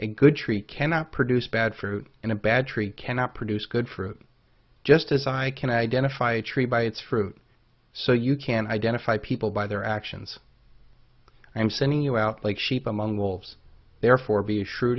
a good tree cannot produce bad fruit and a bad tree cannot produce good fruit just as i can identify a tree by its fruit so you can identify people by their actions i am sending you out like sheep among wolves therefore be